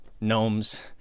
gnomes